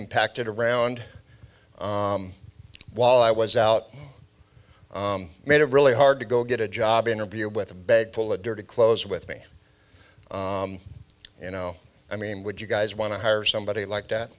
impacted around while i was out made it really hard to go get a job interview with a bag full of dirty clothes with me you know i mean would you guys want to hire somebody like that